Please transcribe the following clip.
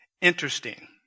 interesting